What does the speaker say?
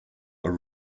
are